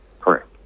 Correct